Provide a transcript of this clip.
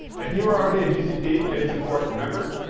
if you are already a gcp paid support member,